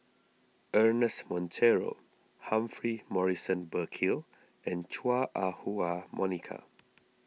Ernest Monteiro Humphrey Morrison Burkill and Chua Ah Huwa Monica